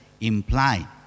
imply